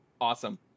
Awesome